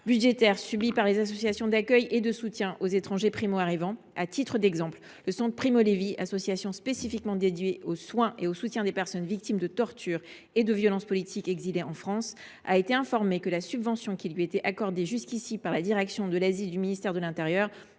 budgétaires subies par les associations d’accueil et de soutien aux étrangers primo arrivants. À titre d’exemple, le centre Primo Levi, association spécifiquement consacrée au soin et au soutien des personnes victimes de tortures et de violence politique exilées en France, a été informé que la subvention qui lui était accordée jusqu’alors par la direction de l’asile du ministère de l’intérieur